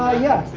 ah yeah.